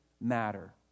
matter